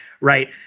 right